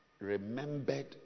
remembered